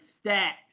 Stack